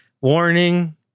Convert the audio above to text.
warning